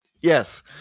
Yes